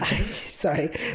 Sorry